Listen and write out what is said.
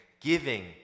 giving